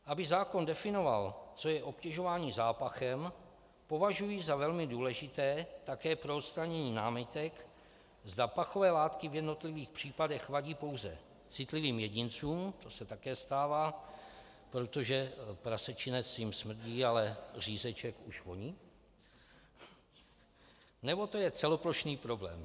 Aby zákon definoval, co je obtěžování zápachem, považuji za velmi důležité také pro odstranění námitek, zda pachové látky v jednotlivých případech vadí pouze citlivým jedincům, to se také stává, protože prasečinec jim smrdí, ale řízeček už voní, nebo to je celoplošný problém.